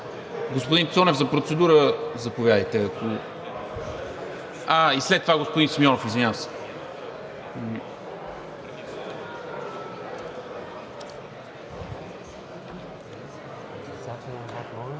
И след това господин Симеонов, извинявам се.